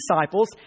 disciples